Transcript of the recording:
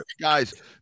Guys